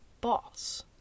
boss